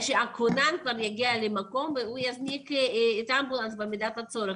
הכונן יגיע למקום והוא יזעיק את האמבולנס במידת הצורך.